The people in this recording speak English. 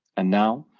and now,